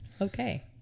Okay